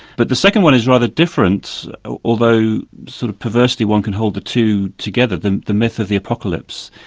but the second one is rather different although sort of perversely one can hold the two together, the the myth of the apocalypse,